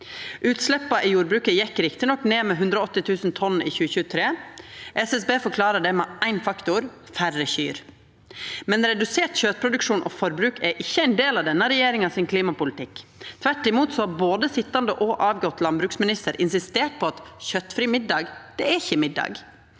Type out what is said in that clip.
Utsleppa i jordbruket gjekk rett nok ned med 180 000 tonn i 2023. SSB forklarar det med éin faktor: færre kyr. Men redusert kjøtproduksjon og -forbruk er ikkje ein del av denne regjeringa sin klimapolitikk. Tvert imot har både den sitjande og den avgåtte landbruksministeren insistert på at kjøtfri middag ikkje er middag,